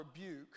rebuke